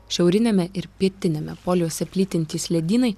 šiauriniame ir pietiniame poliuose plytintys ledynai